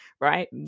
right